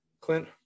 Clint